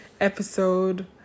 episode